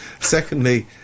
Secondly